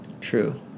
True